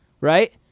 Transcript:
right